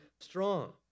strong